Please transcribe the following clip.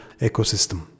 ecosystem